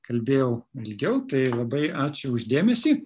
kalbėjau ilgiau tai labai ačiū už dėmesį